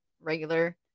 regular